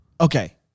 okay